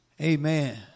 Amen